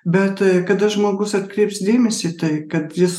bet kada žmogus atkreips dėmesį į tai kad jis